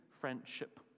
friendship